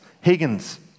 Higgins